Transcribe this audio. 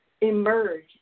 emerge